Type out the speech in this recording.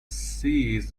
seize